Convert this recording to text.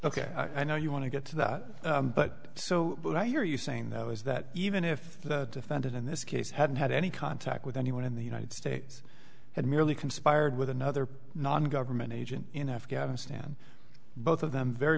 ok i know you want to get to that but so what i hear you saying though is that even if the defendant in this case had had any contact with anyone in the united states and merely conspired with another non government agent in afghanistan both of them very